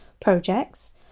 projects